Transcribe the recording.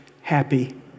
happy